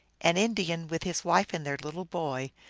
an indian, with his wife and their little boy,